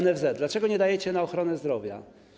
NFZ - dlaczego nie dajecie na ochronę zdrowia.